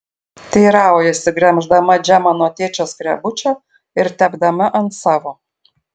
teiraujasi gremždama džemą nuo tėčio skrebučio ir tepdama ant savo